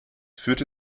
führte